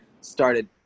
started